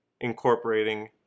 incorporating